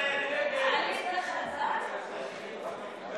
את הצעת חוק יישובים ושכונות